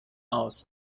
aus